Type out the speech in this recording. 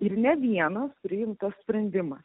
ir ne vienas priimtas sprendimas